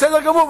בסדר גמור,